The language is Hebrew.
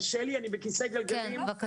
קשה לי אני בכסא גלגלים, קשה